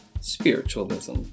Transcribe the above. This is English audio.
Spiritualism